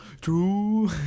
True